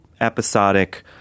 episodic